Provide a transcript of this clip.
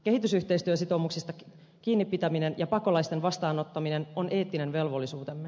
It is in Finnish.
kehitysyhteistyösitoumuksista kiinnipitäminen ja pakolaisten vastaanottaminen on eettinen velvollisuutemme